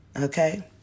Okay